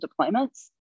deployments